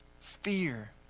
Fear